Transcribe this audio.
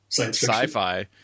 sci-fi